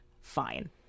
fine